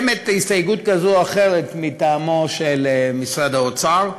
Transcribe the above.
יש הסתייגות כזאת או אחרת מטעמו של משרד האוצר,